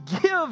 give